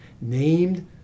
named